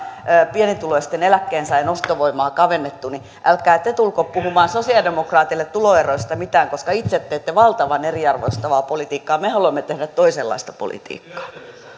pienituloisten eläkkeensaajien ostovoimaa on kavennettu niin älkää te tulko puhumaan sosiaalidemokraateille tuloeroista mitään koska itse teette valtavan eriarvoistavaa politiikkaa me haluamme tehdä toisenlaista politiikkaa